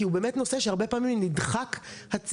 כי הוא באמת נושא שהרבה פעמים נדחק הצידה.